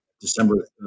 December